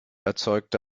erzeugte